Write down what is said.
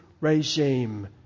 regime